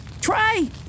Try